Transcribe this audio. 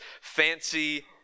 fancy